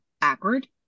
backward